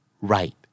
right